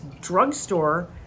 drugstore